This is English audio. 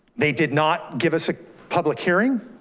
they did not give us a public hearing,